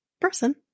person